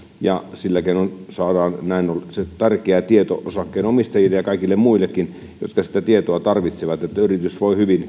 tilasta sillä keinoin saadaan se tärkeä tieto osakkeenomistajille ja kaikille muillekin jotka sitä tietoa tarvitsevat että yritys voi hyvin